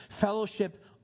Fellowship